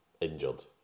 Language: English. injured